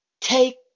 Take